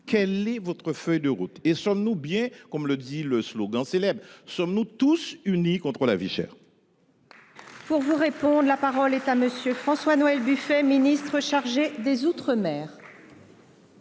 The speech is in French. Quelle est votre feuille de route ? Sommes nous bien, comme le dit le slogan célèbre, « tous unis contre la vie chère »